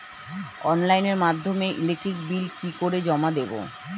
অনলাইনের মাধ্যমে electric bill কি করে জমা দেবো?